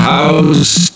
House